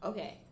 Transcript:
Okay